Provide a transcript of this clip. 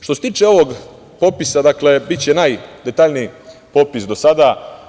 Što se tiče ovog popisa, biće najdetaljniji popis do sada.